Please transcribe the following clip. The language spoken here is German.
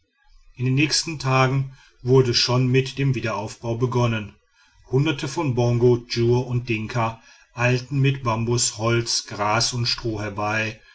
in den nächsten tagen wurde schon mit dem wiederaufbau begonnen hunderte von bongo djur und dinka eilten mit bambus holz gras und stroh herbei